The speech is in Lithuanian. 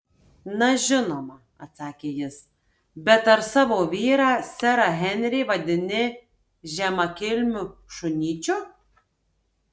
na žinoma atsakė jis bet ar savo vyrą serą henrį vadini žemakilmiu šunyčiu